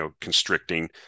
constricting